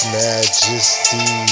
majesty